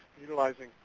utilizing